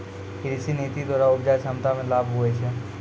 कृषि नीति द्वरा उपजा क्षमता मे लाभ हुवै छै